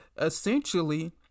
Essentially